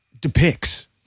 depicts